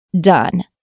done